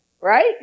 right